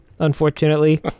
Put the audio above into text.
Unfortunately